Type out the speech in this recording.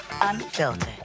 unfiltered